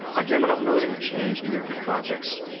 again, i don't know that it would change either of your projects,